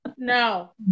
No